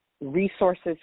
resources